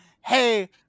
hey –